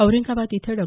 औरंगाबाद इथं डॉ